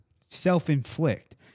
self-inflict